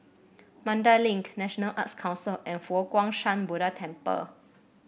Mandai Link National Arts Council and Fo Guang Shan Buddha Temple